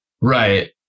Right